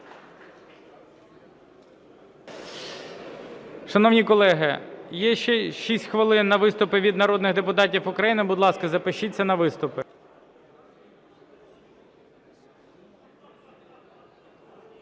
Шановні колеги, є ще 6 хвилин на виступи від народних депутатів України. Будь ласка, запишіться на виступи.